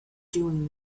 doing